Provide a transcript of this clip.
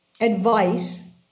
advice